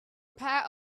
pair